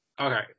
Okay